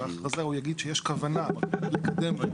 בהכרזה הוא יגיד שיש כוונה לקדם בית